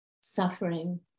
suffering